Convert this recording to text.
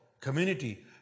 community